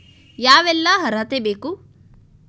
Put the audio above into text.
ಯಾವೆಲ್ಲ ಅರ್ಹತೆ ಬೇಕು?